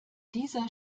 dieser